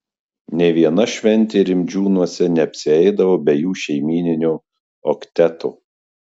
nė viena šventė rimdžiūnuose neapsieidavo be jų šeimyninio okteto